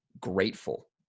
grateful